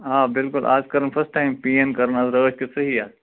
آ بِلکُل آز کٔرٕن فٔسٹ ٹایِم پین کٔرٕن آز راتھ کیُتھ صحیح اَتھ